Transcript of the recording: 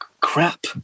crap